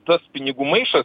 tas pinigų maišas